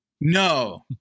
No